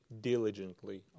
diligently